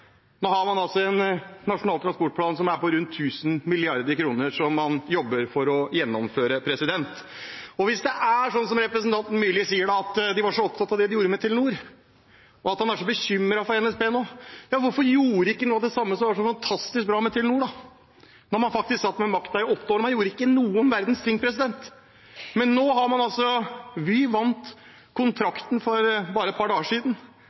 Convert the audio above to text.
Nå jobber vi for å gjennomføre en nasjonal transportplan som er på rundt 1 000 mrd. kr. Hvis det er slik som representanten Myrli sier, at de er så opptatt av det de gjorde med Telenor, og at han er så bekymret for NSB nå, ja hvorfor gjorde de ikke noe av det samme som var så fantastisk bra for Telenor da man faktisk satt med makten i åtte år? Man gjorde ikke noen verdens ting. Vy vant en kontrakt for bare et par dager siden.